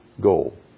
goal